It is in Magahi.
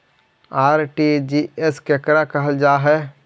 आर.टी.जी.एस केकरा कहल जा है?